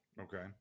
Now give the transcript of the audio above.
okay